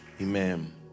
Amen